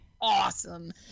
awesome